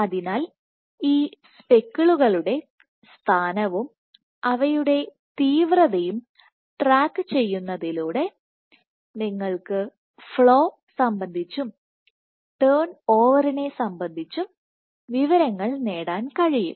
അതിനാൽ ഈ സ്പെക്കിളിൻറെ സ്ഥാനവും അവയുടെ തീവ്രതയും ട്രാക്കു ചെയ്യുന്നതിലൂടെ നിങ്ങൾക്ക് ഫ്ലോ സംബന്ധിച്ചും ടേൺ ഓവർനെ സംബന്ധിച്ചും വിവരങ്ങൾ നേടാൻ കഴിയും